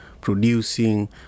producing